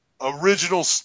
original